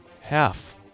Half